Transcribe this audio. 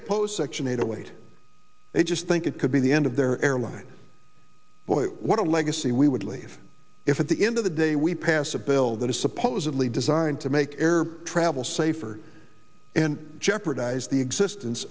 oppose section eight zero eight they just think it could be the end of their airline boy what a legacy we would leave if at the end of the day we pass a bill that is supposedly designed to make air travel safer and jeopardize the existence